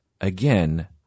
again